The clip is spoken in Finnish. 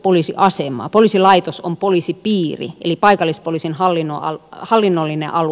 poliisilaitos on poliisipiiri eli paikallispoliisin hallinnollinen alue